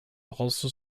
also